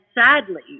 sadly